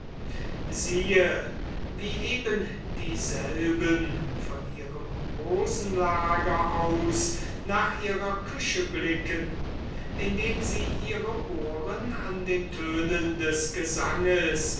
siehe wie ebendieselben von ihrem rosenlager aus nach ihrer küche blicken indem sie ihre ohren an den tönen des gesanges